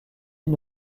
une